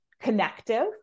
connective